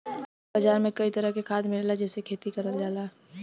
बाजार में कई तरह के खाद मिलला जेसे खेती करल जाला